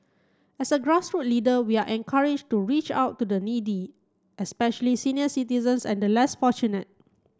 as a grassroots leader we are encouraged to reach out to the needy especially senior citizens and the less fortunate